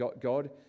God